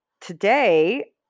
today